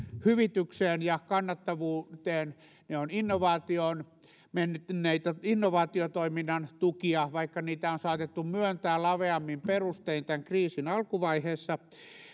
hyvitykseen ja kannattavuuteen ne ovat innovaatioon menneitä innovaatiotoiminnan tukia vaikka niitä on saatettu myöntää laveammin perustein tämän kriisin alkuvaiheessa